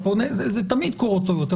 תמיד קורות טעויות.